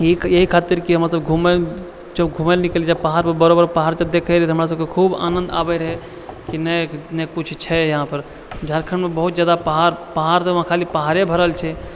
ई एहि खातिर कि हमरासभ घुमै लए जब घुमै लए निकलि जाइ बड़ बड़ पहाड़ छै देखैके तऽ हमरासभके खूब आनन्द आबै रहै कि नहि नहि किछु छै यहाँ पर झारखण्डमे बहुत जादा पहाड़ पहाड़ तऽ वहाँ खाली पहाड़े भरल छै